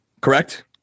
correct